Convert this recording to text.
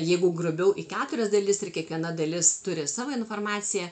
jeigu grubiau į keturias dalis ir kiekviena dalis turi savo informaciją